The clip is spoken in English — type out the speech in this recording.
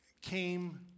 came